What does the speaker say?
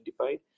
identified